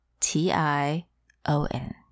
T-I-O-N